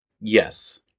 Yes